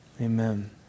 Amen